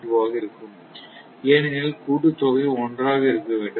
2 ஆக இருக்கும் ஏனெனில் கூட்டுத்தொகை ஒன்றாக இருக்க வேண்டும்